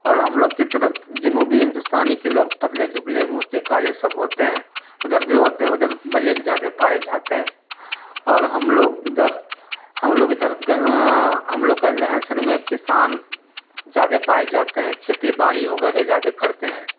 اور ہم لوگ کی طرف جنوبی ہندوستانی کے لوگ پتلے دبلے موٹے کالے سب ہوتے ہیں ادھر بھی ہوتے ہیں ادھر بلیک زیادہ پائے جاتے ہیں اور ہم لوگ ادھر ہم لوگ ادھر ہم لوگ کا رہن سہن میں کسان زیادہ پائے جاتے ہیں کھیتی باڑی وغیرہ زیادہ کرتے ہیں